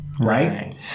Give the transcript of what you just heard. right